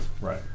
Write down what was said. Right